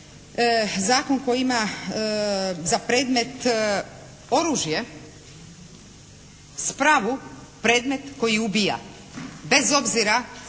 zakon koji ima za predmet oružje, spravu, predmet koji ubija bez obzira